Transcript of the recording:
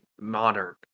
modern